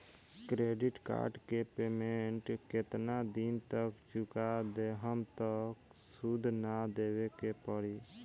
Credit card के payment केतना दिन तक चुका देहम त सूद ना देवे के पड़ी?